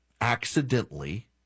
accidentally